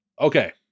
Okay